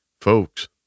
Folks